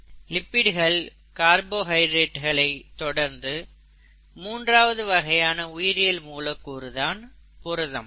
லிப்பிடுகள் கார்போஹைட்ரேட்களை தொடர்ந்து மூன்றாவது வகையான உயிரியல் மூலக்கூறு தான் புரதம்